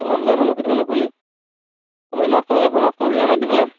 জনা বুজা মানুহকেইটামানকো ক'লি